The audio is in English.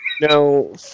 No